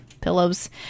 pillows